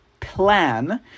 plan